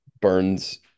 Burns